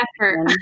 effort